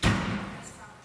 אמור להיכנס כל